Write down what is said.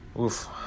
Oof